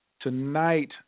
tonight